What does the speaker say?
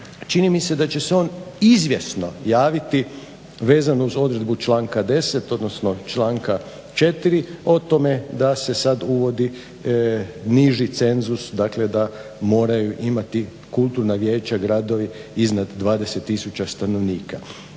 čini mi se da će se on izvjesno javiti vezano uz odredbu članka 10., odnosno članka 4. o tome da se sad uvodi niži cenzus, dakle da moraju imati kulturna vijeća, gradovi iznad 20000 stanovnika.